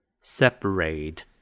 Separate